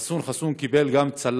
חסון חסון גם קיבל צל"ש